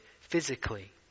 physically